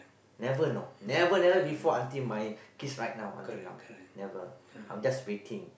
never you know never never before until my kids right now until now never I was just waiting